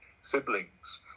siblings